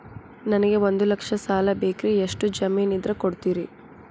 ನನಗೆ ಒಂದು ಲಕ್ಷ ಸಾಲ ಬೇಕ್ರಿ ಎಷ್ಟು ಜಮೇನ್ ಇದ್ರ ಕೊಡ್ತೇರಿ?